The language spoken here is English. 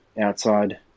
outside